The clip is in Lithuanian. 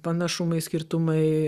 panašumai skirtumai